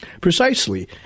Precisely